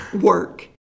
work